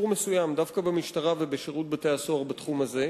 מסוים דווקא במשטרה ובשירות בתי-הסוהר בתחום הזה,